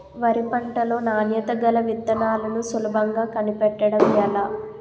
వరి పంట లో నాణ్యత గల విత్తనాలను సులభంగా కనిపెట్టడం ఎలా?